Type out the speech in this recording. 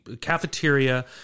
cafeteria